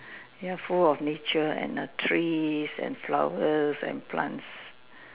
ya full of nature and err trees and flowers and plants